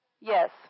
Yes